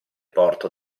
porto